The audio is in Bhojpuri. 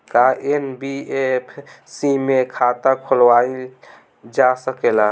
का एन.बी.एफ.सी में खाता खोलवाईल जा सकेला?